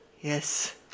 Yes